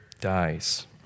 dies